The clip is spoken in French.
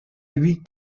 lui